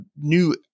new